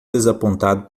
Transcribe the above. desapontado